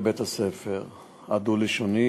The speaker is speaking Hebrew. בבית הספר הדו-לשוני,